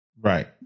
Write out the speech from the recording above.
Right